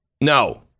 No